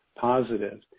positive